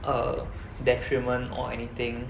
a detriment or anything